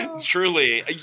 Truly